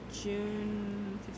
June